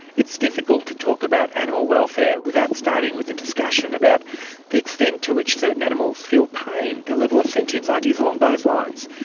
it's difficult to talk about animal welfare without starting with a discussion about the extent to which certain animals feel pain, their level of sentience, ideas along those lines.